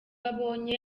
abonye